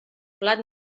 plat